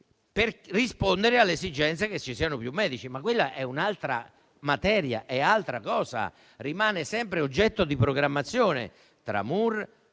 per rispondere all'esigenza che ci siano più medici. Ma quella è un'altra materia, è altra cosa e rimane sempre oggetto di programmazione tra il